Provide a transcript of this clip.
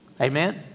Amen